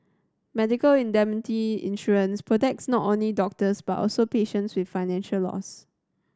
medical indemnity insurance protects not only doctors but also patients with financial loss